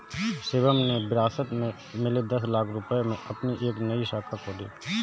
शिवम ने विरासत में मिले दस लाख रूपए से अपनी एक नई शाखा खोली